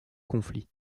conflit